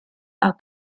are